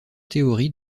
théories